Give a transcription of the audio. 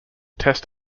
test